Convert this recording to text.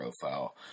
profile